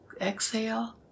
exhale